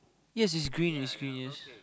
yes it's green and greenest